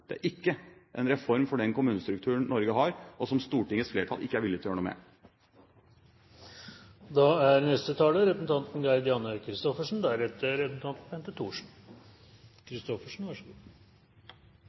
Det er ikke en reform for den kommunestrukturen Norge har, og som Stortingets flertall ikke er villig til å gjøre noe med. Det er